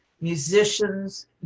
musicians